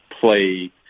play